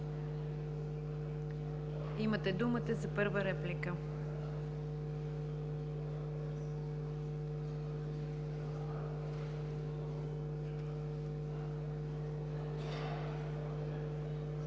Имате думата за първа реплика.